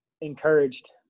Encouraged